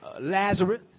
Lazarus